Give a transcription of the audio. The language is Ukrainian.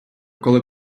коли